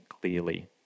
clearly